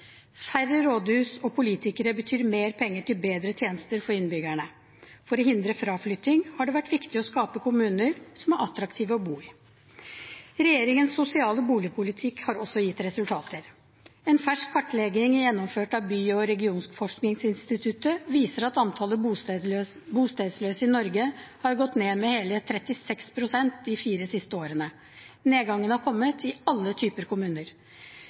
Færre rådhus og politikere betyr mer penger til bedre tjenester for innbyggerne. For å hindre fraflytting har det vært viktig å skape kommuner som er attraktive å bo i. Regjeringens sosiale boligpolitikk har også gitt resultater. En fersk kartlegging gjennomført av By- og regionforskningsinstituttet viser at antallet bostedsløse i Norge har gått ned med hele 36 pst. de siste fire årene. Nedgangen har kommet i alle typer kommuner.